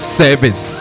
service